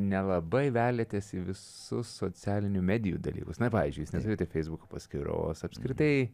nelabai veliatės į visus socialinių medijų dalykus na pavyzdžiui jūs neturite feisbuko paskyros apskritai